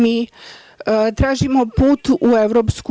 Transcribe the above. Mi tražimo put u EU.